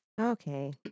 Okay